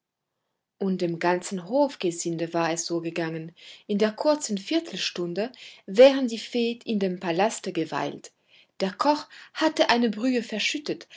und dem ganzen hofgesinde war es so gegangen in der kurzen viertelstunde während die fee in dem palaste geweilt der koch hatte eine brühe verschüttet